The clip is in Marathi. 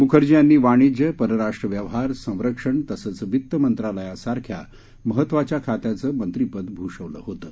म्खर्जी यांनी वाणिज्य परराष्ट्र व्यवहार संरक्षण तसंच वितमंत्रालयासारख्या महत्वाच्या खात्याचं मंत्री पद भूषवलं होतं